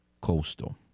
Coastal